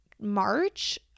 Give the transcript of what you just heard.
March